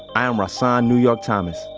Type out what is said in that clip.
i'm rahsaan new york thomas,